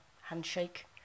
handshake